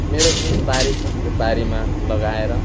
मेरो जुन बारी छ यो बारीमा लगाएर